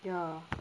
ya